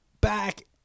back